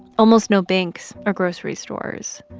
almost no banks or grocery stores